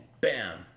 bam